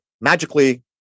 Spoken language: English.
magically